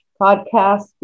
podcast